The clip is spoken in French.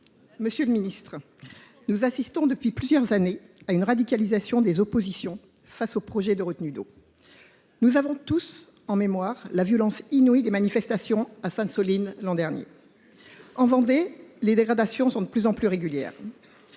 Monsieur le ministre, nous assistons depuis plusieurs années à une radicalisation des oppositions face aux projets de retenue d’eau. Nous avons tous en mémoire la violence inouïe des manifestations à Sainte Soline l’an dernier. En Vendée, les dégradations sont de plus en plus régulières.